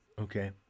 Okay